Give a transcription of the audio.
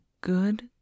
good